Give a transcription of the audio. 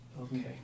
Okay